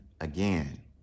again